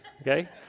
okay